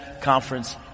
conference